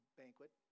banquet